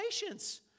patience